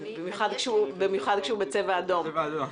במיוחד כשהוא בצבע אדום.